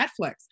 Netflix